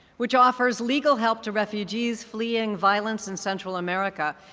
which offers legal help to refugees fleeing violence in central america.